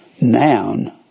noun